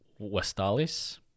Westalis